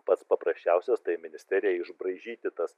pats paprasčiausias tai ministerijai išbraižyti tas